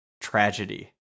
tragedy